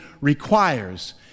requires